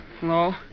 Hello